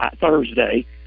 Thursday